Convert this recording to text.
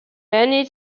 many